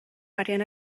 arian